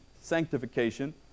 sanctification